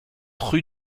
rue